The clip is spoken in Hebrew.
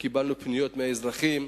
וקיבלנו פניות מאזרחים.